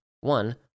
One